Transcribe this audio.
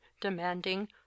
demanding